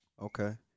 Okay